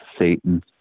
Satan